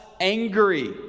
angry